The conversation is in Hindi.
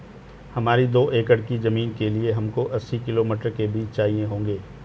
हमारी दो एकड़ की जमीन के लिए हमको अस्सी किलो मटर के बीज चाहिए होंगे